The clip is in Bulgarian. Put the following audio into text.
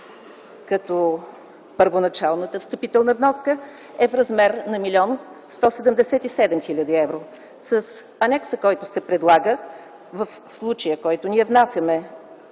като първоначалната встъпителна вноска е в размер на 1 млн. 177 хил. евро. С анекса, който се предлага в случая, който ние внасяме